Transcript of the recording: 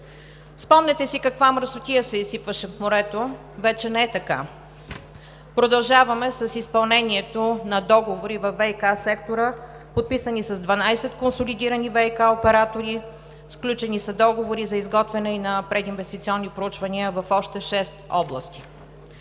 Спомняте си каква мръсотия се изсипваше в морето. Вече не е така! Продължаваме с изпълнението на договори във ВиК сектора, подписани с 12 консолидирани ВиК оператори, сключени са договори за изготвяне и на прединвестиционни проучвания в още шест области.